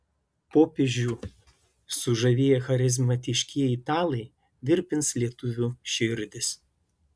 popiežių sužavėję charizmatiškieji italai virpins lietuvių širdis